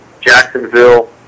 Jacksonville